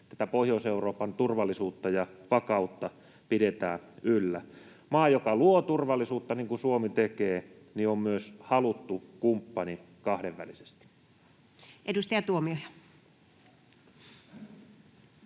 Pohjois-Euroopan turvallisuutta ja vakautta pidetään yllä. Maa, joka luo turvallisuutta, niin kuin Suomi tekee, on myös haluttu kumppani kahdenvälisesti. Edustaja Tuomioja.